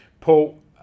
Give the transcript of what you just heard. Paul